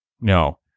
No